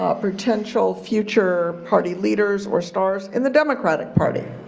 ah potential future party leaders or stars in the democratic party